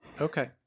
Okay